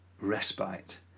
respite